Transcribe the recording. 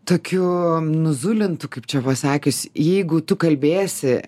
tokiu nuzulintu kaip čia pasakius jeigu tu kalbėsi